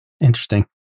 Interesting